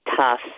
tough